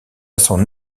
son